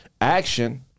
action